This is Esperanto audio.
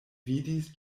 vidis